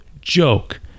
joke